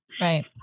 right